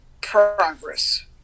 progress